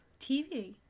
TV